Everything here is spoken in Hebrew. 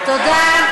תודה.